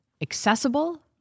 Accessible